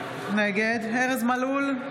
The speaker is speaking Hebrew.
נגד ארז מלול,